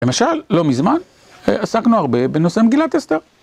למשל, לא מזמן, עסקנו הרבה בנושא מגילה אסתר.